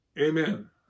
Amen